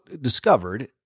discovered –